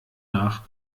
nach